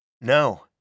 No